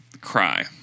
cry